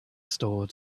store